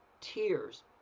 Tears